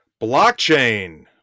Blockchain